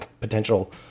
potential